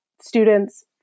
students